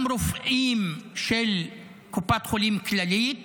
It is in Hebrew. גם רופאים של קופת חולים כללית